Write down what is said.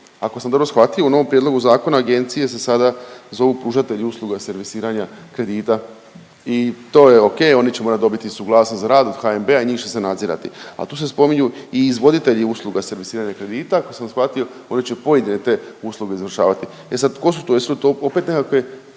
ako sam dobro shvatio, u novom prijedlogu zakona agencije se sada zovu pružatelji usluga servisiranja kredita i to je okej, oni će morat dobiti suglasnost za rad od HNB-a i njih će se nadzirati. Al tu se spominju i izvoditelji usluga servisiranja kredita ako sam shvatio, oni će pojedine te usluge izvršavati. E sad, ko su to, jesu to opet nekakve